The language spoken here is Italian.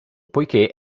poiché